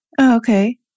Okay